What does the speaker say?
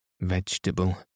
vegetable